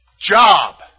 job